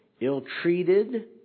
ill-treated